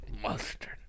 Mustard